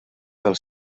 pel